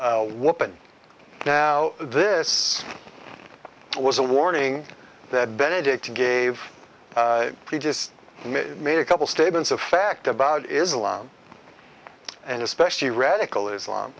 girls women now this was a warning that benedict gave he just made a couple statements of fact about islam and especially radical islam